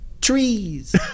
trees